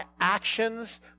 actions